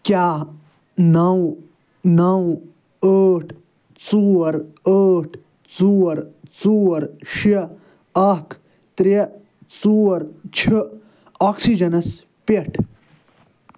کیٛاہ نونو ٲٹھ ژور ٲٹھ ژور ژور شیٚے اَکھ ترٛےٚ ژور چھِ آکسیٖجنس پٮ۪ٹھ